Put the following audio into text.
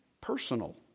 personal